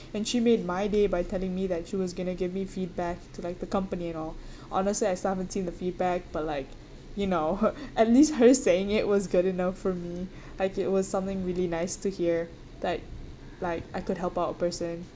and she made my day by telling me that she was going give me feedback to like the company and all honestly I still haven't seen the feedback but like you know at least her saying it was good enough for me like it was something really nice to hear that like I could help out a person